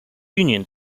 union